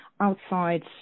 outside